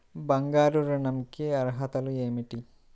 బంగారు ఋణం కి అర్హతలు ఏమిటీ?